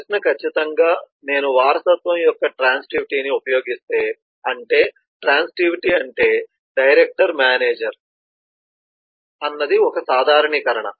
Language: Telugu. ప్రశ్న ఖచ్చితంగా నేను వారసత్వం యొక్క ట్రాన్సివిటీని ఉపయోగిస్తే అంటే ట్రాన్సివిటీ అంటే డైరెక్టర్ మేనేజర్ అన్నది ఒక సాధారణీకరణ